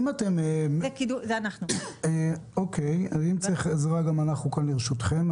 אם אתם צריכים עזרה, גם אנחנו פה לרשותכם.